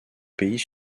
pays